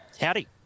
howdy